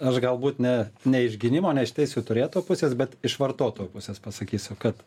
aš galbūt ne ne iš gynimo ne iš teisių turėtojo pusės bet iš vartotojo pusės pasakysiu kad